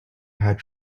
had